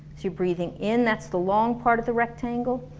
you're breathing in, that's the long part of the rectangle